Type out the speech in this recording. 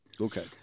Okay